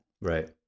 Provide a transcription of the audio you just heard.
right